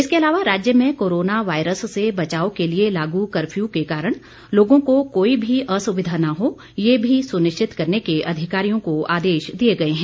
इसके अलावा राज्य में कोरोना वायरस से बचाव के लिए लागू कप्यू के कारण लोगों को कोई भी असुविधा न हो ये भी सुनिश्चित करने के अधिकारियों का आदेश दिए गए हैं